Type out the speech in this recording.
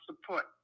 support